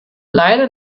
leider